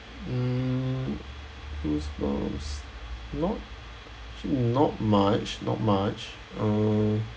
mm goosebumps not not much not much uh